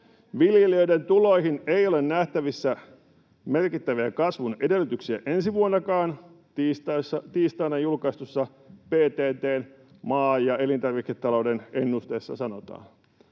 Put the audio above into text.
Viljelijöiden tuloihin ei ole nähtävissä merkittäviä kasvun edellytyksiä ensi vuonnakaan, tiistaina julkaistussa PTT:n maa- ja elintarviketalouden ennusteessa sanotaan.”